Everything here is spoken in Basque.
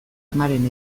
amaren